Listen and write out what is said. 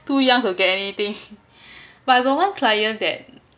to young to get any thing but I got one client that